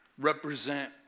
represent